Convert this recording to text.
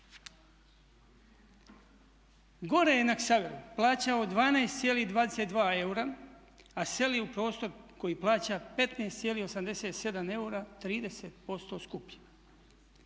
Gore je na Ksaveru plaćao 12,22 eura, a seli u prostor koji plaća 15,87 eura 30% skuplje.